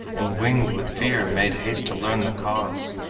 and winged with fear made haste to learn the cause.